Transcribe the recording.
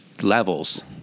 levels